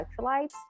electrolytes